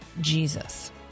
Jesus